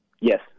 Yes